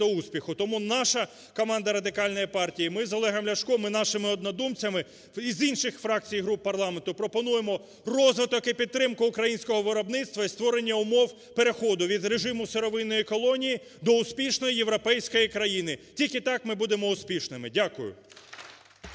Тому наша команда Радикальної партії, ми з Олегом Ляшко і нашими однодумцями, і з інших фракцій і груп парламенту пропонуємо розвиток і підтримку українського виробництва і створення умов переходу від режиму сировинної колонії до успішної європейської країни. Тільки так ми будемо успішними. Дякую.